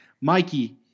Mikey